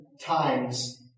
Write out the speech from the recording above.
times